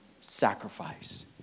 sacrifice